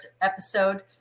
episode